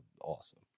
awesome